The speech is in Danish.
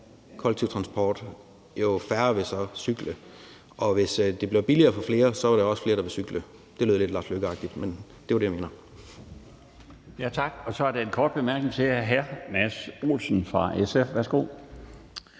kollektive transport, jo færre vil cykle, og hvis det bliver billigere for flere, er der også færre, der vil cykle. Det lød lidt Lars Løkke-agtigt, men det er det, jeg mener. Kl. 17:24 Den fg. formand (Bjarne Laustsen): Tak, og så er der en kort bemærkning til hr. Mads Olsen fra SF. Værsgo.